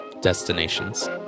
destinations